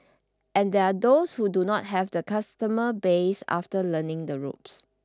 and there are those who do not have the customer base after learning the ropes